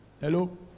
hello